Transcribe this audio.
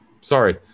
Sorry